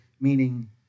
meaning